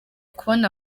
kubona